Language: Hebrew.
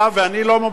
ואני לא מומחה,